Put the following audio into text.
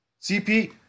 CP